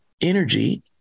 energy